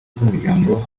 bw’umuryango